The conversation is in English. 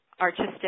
artistic